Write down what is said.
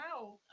wow